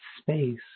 space